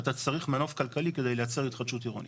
ואתה צריך מנוף כלכלי כדי לייצר התחדשות עירונית.